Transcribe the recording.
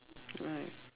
right